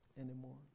anymore